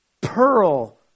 pearl